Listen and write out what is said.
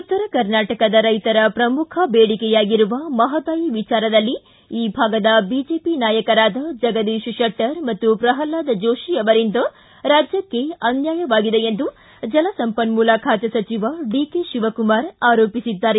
ಉತ್ತರ ಕರ್ನಾಟಕದ ರೈತರ ಪ್ರಮುಖ ಬೇಡಿಕೆಯಾಗಿರುವ ಮಹಾದಾಯಿ ವಿಚಾರದಲ್ಲಿ ಈ ಭಾಗದ ಬಿಜೆಪಿ ನಾಯಕರಾದ ಜಗದೀಶ್ ಶೆಟ್ಲರ್ ಮತ್ತು ಪ್ರಹ್ನಾದ್ ಜೋಷಿ ಅವರಿಂದ ರಾಜ್ಯಕ್ಷೆ ಅನ್ನಾಯವಾಗಿದೆ ಎಂದು ಜಲಸಂಪನ್ಮೂಲ ಖಾತೆ ಸಚಿವ ಡಿಕೆ ಶಿವಕುಮಾರ್ ಆರೋಪಿಸಿದ್ದಾರೆ